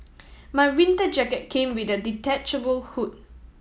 my winter jacket came with a detachable hood